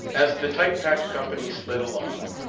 as the tight-packed company slid along,